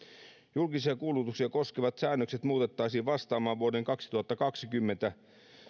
julkisia kuulutuksia koskevat säännökset muutettaisiin vastaamaan vuoden kaksituhattakaksikymmentä